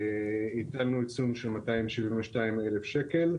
הטלנו עיצום של 272,000 שקלים.